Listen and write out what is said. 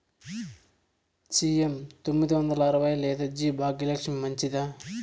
CM తొమ్మిది వందల అరవై లేదా జి భాగ్యలక్ష్మి మంచిదా?